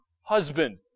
husband